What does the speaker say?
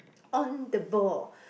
on the ball